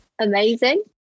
amazing